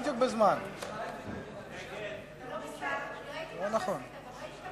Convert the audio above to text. אני מפעיל.